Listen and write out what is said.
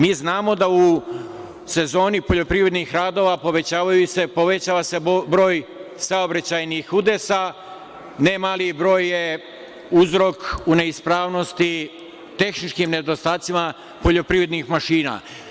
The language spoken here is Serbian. Mi znamo da se u sezoni poljoprivrednih radova povećava broj saobraćajnih udesa, ne mali broj je uzrok u neispravnosti tehničkim nedostacima poljoprivrednih mašina.